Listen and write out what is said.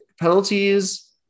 penalties